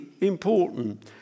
important